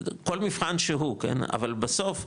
כל מבחן שהוא כן, אבל בסוף,